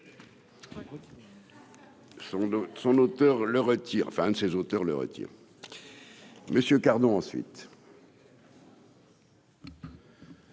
son auteur, le retire, enfin un de ses auteurs, le retire monsieur Cardo ensuite.